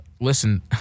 listen